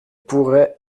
pourrait